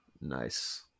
nice